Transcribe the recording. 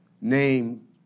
name